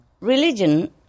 Religion